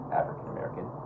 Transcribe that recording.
african-american